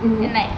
hmm